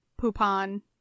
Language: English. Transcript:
Poupon